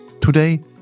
Today